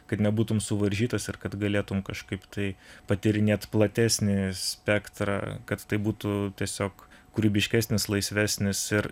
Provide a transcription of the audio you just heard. kad nebūtum suvaržytas ir kad galėtum kažkaip tai patyrinėt platesnį spektrą kad tai būtų tiesiog kūrybiškesnis laisvesnis ir